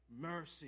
mercy